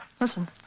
Listen